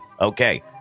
Okay